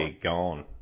gone